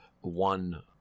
one